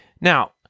Now